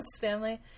family